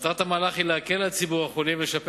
מטרת המהלך היא להקל על ציבור החולים ולשפר